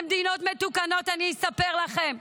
במדינות מתוקנות, אני אספר לכם,